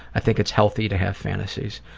i think it's healthy to have fantasies.